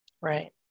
Right